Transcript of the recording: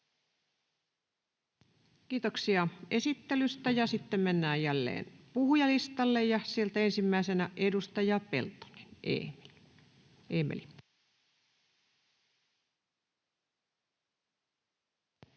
Kiitoksia esittelystä. — Ja sitten mennään jälleen puhujalistalle, ja sieltä ensimmäisenä edustaja Peltonen, Eemeli.